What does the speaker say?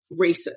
racist